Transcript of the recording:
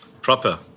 Proper